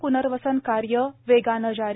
प्नर्वसन कार्य वेगानं जारी